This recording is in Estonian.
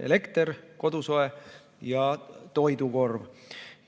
elekter, kodusoe ja toidukorv.